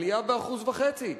עלייה ב-1.5%,